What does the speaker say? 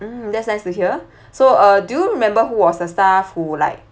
mm that's nice to hear so uh do you remember who was the staff who like